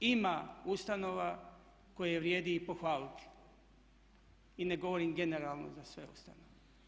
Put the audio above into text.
Ima ustanova koje vrijedi i pohvaliti i ne govorim generalno za sve ustanove.